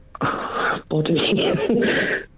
Body